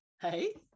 hey